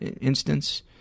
instance